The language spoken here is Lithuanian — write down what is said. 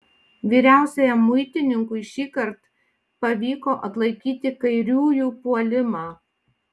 vyriausiajam muitininkui šįkart pavyko atlaikyti kairiųjų puolimą